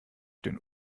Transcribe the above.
den